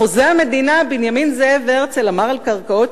חוזה המדינה בנימין זאב הרצל אמר על קרקעות